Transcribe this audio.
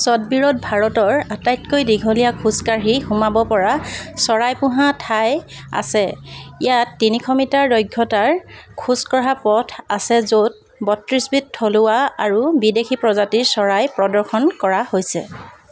চটবীৰত ভাৰতৰ আটাইতকৈ দীঘলীয়া খোজ কাঢ়ি সোমাব পৰা চৰাই পোহা ঠাই আছে ইয়াত তিনিশ মিটাৰ দৈৰ্ঘ্যতাৰ খোজ কঢ়া পথ আছে য'ত বত্ৰিছবিধ থলুৱা আৰু বিদেশী প্ৰজাতিৰ চৰাই প্ৰদৰ্শন কৰা হৈছে